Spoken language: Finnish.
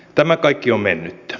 tämä kaikki on mennyttä